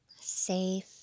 safe